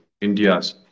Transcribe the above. India's